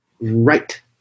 Right